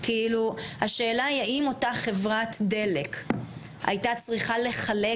השאלה היא האם אותה חברת דלק הייתה צריכה לחלק